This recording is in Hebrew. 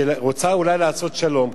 שרוצה אולי לעשות שלום,